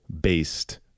based